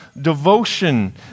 devotion